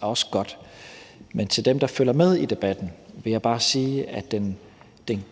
også godt, men til dem, der følger med i debatten, vil jeg bare sige, at den